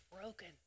broken